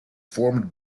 formed